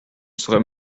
serais